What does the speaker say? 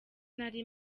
nari